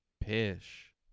pish